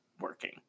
working